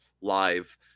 live